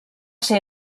ser